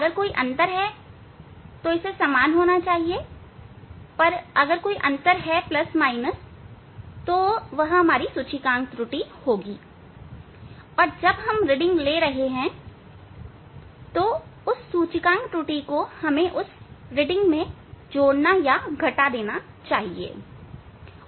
अगर कोई अंतर है यह समान होना चाहिए अगर यहां कोई अंतर है प्लस या माइनस तो वह सूचकांक त्रुटि होगी और जब हम रीडिंग ले रहे हैं तो उस सूचकांक त्रुटि को हमें उस रीडिंग मैं जोड़ना या घटा देना चाहिए